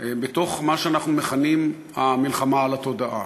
כלשהן בתוך מה שאנחנו מכנים "המלחמה על התודעה".